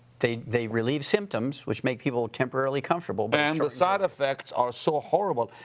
they they relieve symptoms, which make people temporarily comfortable. but and the side effects are so horrible.